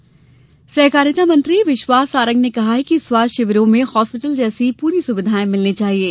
विश्वास सारंग सहकारिता मंत्री विश्वास सारंग ने कहा है कि स्वास्थ्य शिविरों में हास्पिटल जैसी पूरी सुविधाएं मिलनी चाहिये